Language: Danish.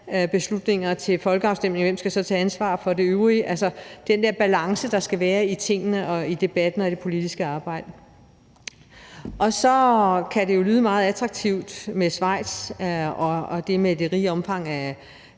beslutninger til folkeafstemninger, men hvem skal så tage ansvar for det øvrige? Altså, det handler om den der balance, der skal være i tingene og i debatten og i det politiske arbejde. Så kan det jo lyde meget attraktivt med Schweiz og det med det rige omfang af